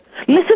Listen